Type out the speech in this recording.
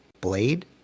Blade